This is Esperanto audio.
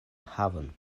havon